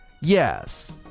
Yes